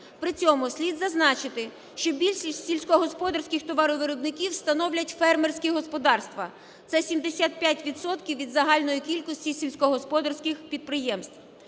При цьому слід зазначити, що більшість сільськогосподарських товаровиробників становлять фермерські господарства, це 75 відсотків від загальної кількості сільськогосподарських підприємств.